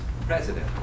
president